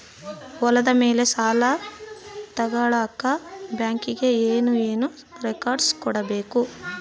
ಹೊಲದ ಮೇಲೆ ಸಾಲ ತಗಳಕ ಬ್ಯಾಂಕಿಗೆ ಏನು ಏನು ರೆಕಾರ್ಡ್ಸ್ ಕೊಡಬೇಕು?